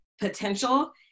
potential